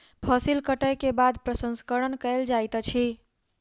फसिल कटै के बाद प्रसंस्करण कयल जाइत अछि